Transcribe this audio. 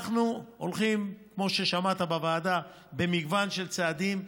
אנחנו הולכים, כמו ששמעת בוועדה, במגוון של צעדים.